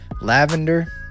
Lavender